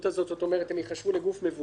כלומר הם ייחשבו לגוף מבוקר.